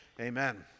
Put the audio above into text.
Amen